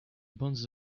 bandes